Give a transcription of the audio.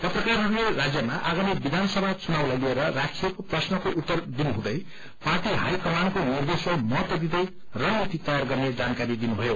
पत्रकारहरूले राज्यमा आगामी विधानसभा चुनावलाई लिएर राखिएको प्रश्नको उत्तर दिनुहुँदै पार्टी हाई कमानको निर्देशलाई महत्व दिदै रणनीति तैयार गर्ने जानकारी दिनुभयो